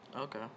Okay